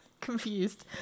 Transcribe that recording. confused